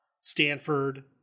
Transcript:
Stanford